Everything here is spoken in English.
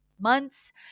months